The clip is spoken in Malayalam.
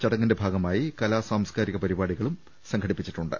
ചടങ്ങിന്റെ ഭാഗമായി കലാ സാംസ്കാരിക പരിപാടികളും സ്ംഘടിപ്പിച്ചിട്ടുണ്ട്